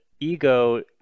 Ego